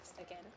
again